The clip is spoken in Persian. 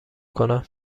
کنم